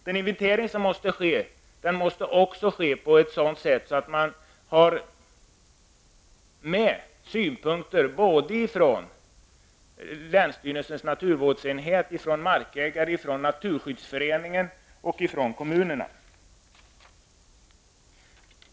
Den inventering som måste göras måste ske på ett sådant sätt att synpunkter kommer med från länsstyrelsens naturvårdsenhet, från markägare, från naturskyddsföreningen och från kommunerna.